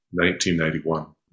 1991